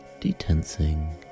detensing